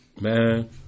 man